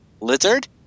lizard